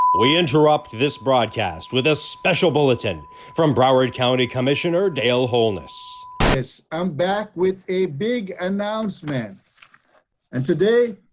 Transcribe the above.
we interrupt this broadcast with a special bulletin from broward county commissioner dale holeness yes i'm back with a big announcement and today